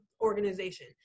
organization